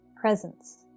presence